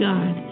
God